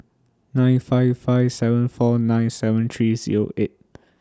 nine five five seven four nine seven three Zero eight